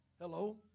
Hello